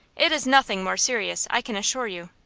it is nothing more serious, i can assure you.